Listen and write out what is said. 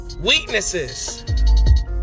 weaknesses